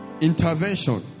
intervention